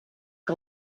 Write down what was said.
que